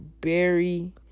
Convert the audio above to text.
Berry